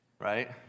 Right